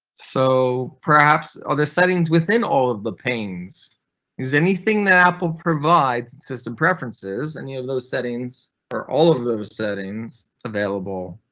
so perhaps all the settings within all of the pains is anything that apple provides system preferences and you have those settings for all of those settings available.